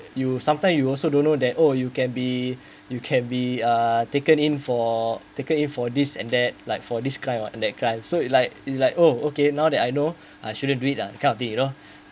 you sometime you also don't know that oh you can be you can be uh taken in for taken in for this and that like for this kind or that kind so it's like it's like oh okay now that I know I shouldn't do it uh kind of thing you know